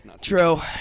True